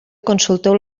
consulteu